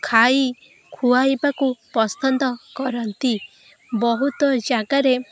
ଖାଇ ଖୁଆଇବାକୁ ପସନ୍ଦ କରନ୍ତି ବହୁତ ଜାଗାରେ